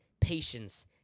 patience